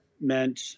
meant